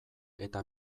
eta